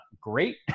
great